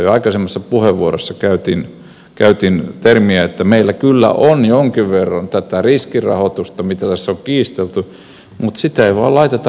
jo aikaisemmassa puheenvuorossani käytin termiä että meillä kyllä on jonkin verran tätä riskirahoitusta mistä tässä on kiistelty mutta sitä ei vain laiteta riskipitoisiin hankkeisiin